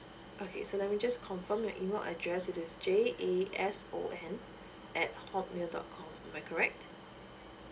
okay so let me just confirm your email address it is J A S O N at hotmail dot com am I correct